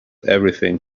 everything